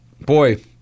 boy